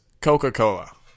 Coca-Cola